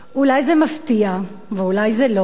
אולי זה מפתיע, ואולי זה לא,